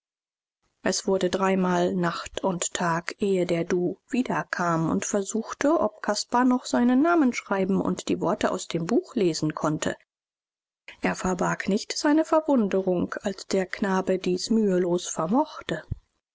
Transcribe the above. es wurde dreimal nacht und tag ehe der du wiederkam und versuchte ob caspar noch seinen namen schreiben und die worte aus dem buch lesen konnte er verbarg nicht seine verwunderung als der knabe dies mühelos vermochte